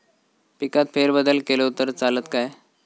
पिकात फेरबदल केलो तर चालत काय?